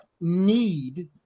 need